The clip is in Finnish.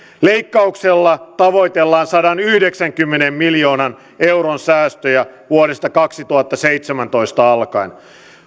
leikkauksella tavoitellaan sadanyhdeksänkymmenen miljoonan euron säästöjä vuodesta kaksituhattaseitsemäntoista alkaen